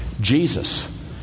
Jesus